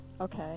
Okay